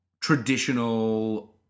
traditional